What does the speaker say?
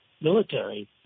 military